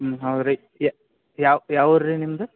ಹ್ಞೂ ಹೌದು ರಿ ಯಾವ ಯಾವ ಊರು ರಿ ನಿಮ್ಮದು